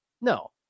No